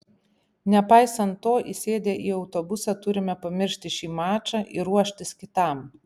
nepaisant to įsėdę į autobusą turime pamiršti šį mačą ir ruoštis kitam